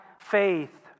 faith